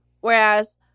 Whereas